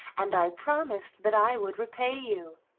and i promised that i would repay you.